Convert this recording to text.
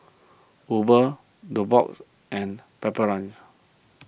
Uber Nubox and Pepper Lunch